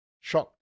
shocked